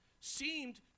seemed